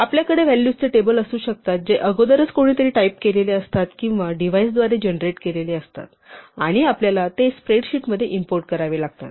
आपल्याकडे व्हॅलूझचे टेबल असू शकतात जे अगोदरच कोणीतरी टाइप केलेले असतात किंवा डिव्हाइसद्वारे जनरेट केलेले असतात आणि आपल्याला ते स्प्रेडशीटमध्ये इम्पोर्ट करावे लागतात